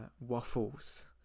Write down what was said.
waffles